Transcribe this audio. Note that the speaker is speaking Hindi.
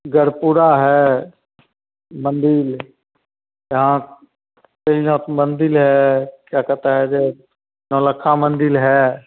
गढ़पुड़ा है मंदिर भी यहाँ मंदिर है क्या कहता है जे नवलक्खा मंदिर है